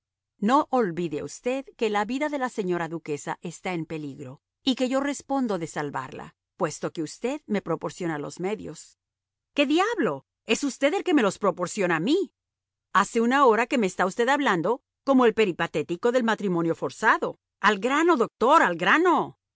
no olvide usted que la vida de la señora duquesa está en peligro y que yo respondo de salvarla puesto que usted me proporciona los medios qué diablo es usted el que me los proporciona a mí hace una hora que me está usted hablando como el peripatético del matrimonio forzado al grano doctor al grano